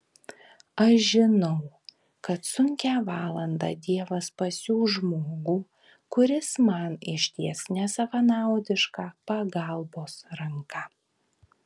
aš žinau kad sunkią valandą dievas pasiųs žmogų kuris man išties nesavanaudišką pagalbos ranką